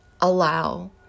allow